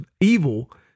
evil